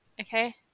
okay